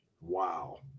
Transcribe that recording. Wow